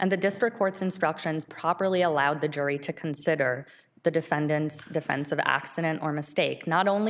and the district court's instructions properly allowed the jury to consider the defendant's defense of accident or mistake not only